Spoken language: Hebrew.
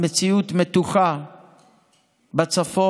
המציאות מתוחה בצפון,